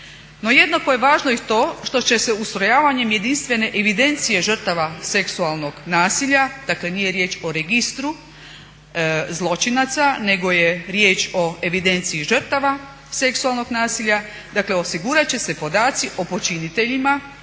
jednako je važno i to što će se ustrojavanjem jedinstvene evidencije žrtava seksualnog nasilja, dakle nije riječ o registru zločinaca nego je riječ o evidenciji žrtava seksualnog nasilja, dakle osigurati će se podaci o počiniteljima,